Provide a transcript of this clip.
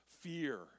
fear